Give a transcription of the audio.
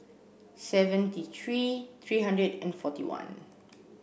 seventy three three hundred and forty one